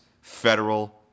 federal